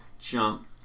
jump